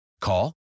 Call